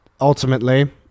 ultimately